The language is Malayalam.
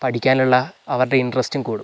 പഠിക്കാനുള്ള അവരുടെ ഇൻട്രസ്റ്റും കൂടും